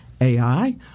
AI